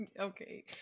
Okay